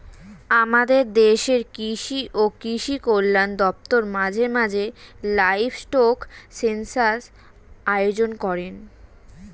আমাদের দেশের কৃষি ও কৃষি কল্যাণ দপ্তর মাঝে মাঝে লাইভস্টক সেন্সাস আয়োজন করেন